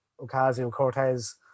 Ocasio-Cortez